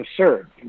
absurd